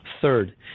Third